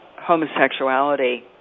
homosexuality